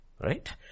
Right